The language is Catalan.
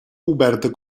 oberta